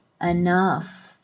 enough